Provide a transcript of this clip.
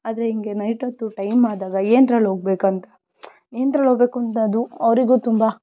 ಆದರೆ ಹೀಗೆ ನೈಟ್ ಹೊತ್ತು ಟೈಮ್ ಆದಾಗ ಏಂದ್ರಲ್ಲಿ ಹೋಗಬೇಕಂತ ಏಂದ್ರಲ್ಲಿ ಹೋಗಬೇಕು ಅಂತ ಅದು ಅವರಿಗೂ ತುಂಬ